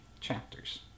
chapters